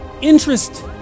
Interest